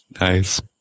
Nice